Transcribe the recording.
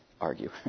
argue